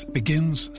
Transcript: begins